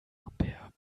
ampere